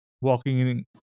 walking